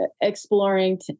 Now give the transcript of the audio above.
exploring